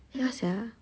ya sia